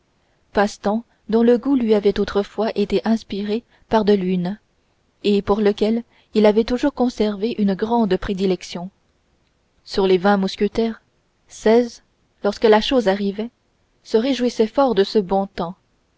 passe-temps dont le goût lui avait autrefois été inspiré par de luynes et pour lequel il avait toujours conservé une grande prédilection sur les vingt mousquetaires seize lorsque la chose arrivait se réjouissaient fort de ce bon temps